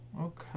Okay